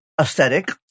aesthetic